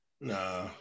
Nah